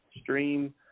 stream